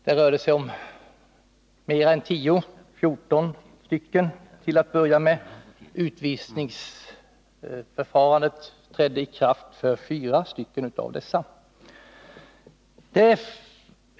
Det rörde sig om 14 stycken till att börja med. Utvisningsförfarandet tillämpades beträffande fyra av dessa personer.